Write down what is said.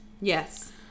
Yes